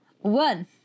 one